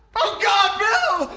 oh god! bill!